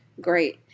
great